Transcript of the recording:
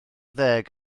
ddeg